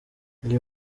iyi